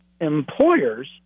employers